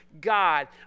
God